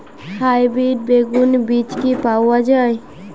Hybrid বেগুন বীজ কি পাওয়া য়ায়?